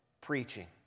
preaching